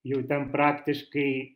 jau ten praktiškai